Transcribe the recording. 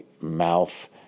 mouth